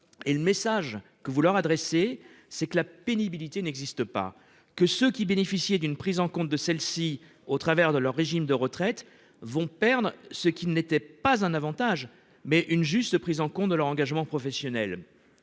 Et vous leur envoyez le message que la pénibilité n'existe pas ! Ceux qui bénéficiaient d'une prise en compte de celle-ci au travers de leur régime de retraite vont perdre ce qui n'était pas un avantage, mais une juste prise en compte de leur engagement professionnel.